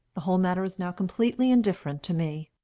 the whole matter is now completely indifferent to me.